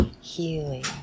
healing